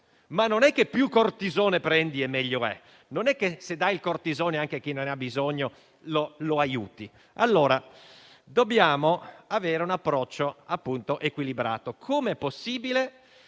Ma non è che più cortisone si prende e meglio è; non è che se si dà il cortisone anche a chi non ne ha bisogno lo si aiuta. Allora dobbiamo avere un approccio equilibrato. Com'è possibile